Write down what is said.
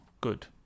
good